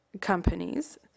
companies